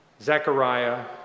Zechariah